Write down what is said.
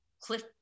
cliff